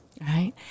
Right